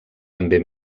també